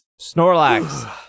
Snorlax